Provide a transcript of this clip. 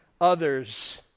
others